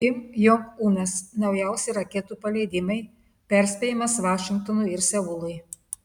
kim jong unas naujausi raketų paleidimai perspėjimas vašingtonui ir seului